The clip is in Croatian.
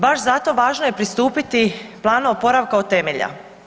Baš zato važno je pristupiti planu oporavka od temelja.